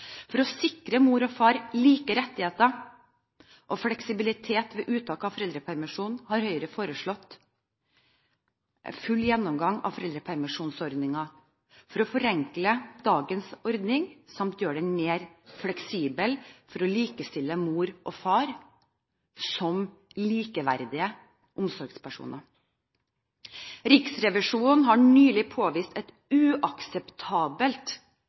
For å sikre mor og far like rettigheter og fleksibilitet ved uttak av foreldrepermisjon har Høyre foreslått full gjennomgang av foreldrepermisjonsordningen for å forenkle dagens ordning, samt gjøre den mer fleksibel for å likestille mor og far som likeverdige omsorgspersoner. Riksrevisjonen har nylig påvist et uakseptabelt